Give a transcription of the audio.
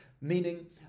meaning